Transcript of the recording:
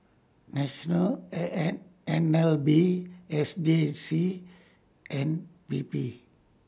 National N N N L B S J C and P P